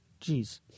Jeez